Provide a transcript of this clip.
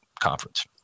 conference